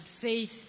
faith